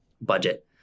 budget